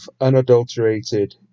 unadulterated